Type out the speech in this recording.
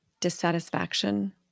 dissatisfaction